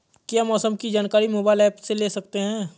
क्या मौसम की जानकारी मोबाइल ऐप से ले सकते हैं?